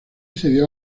cedió